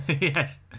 Yes